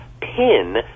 pin